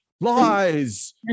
lies